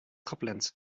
gepland